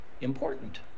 important